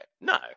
No